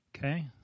Okay